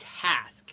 task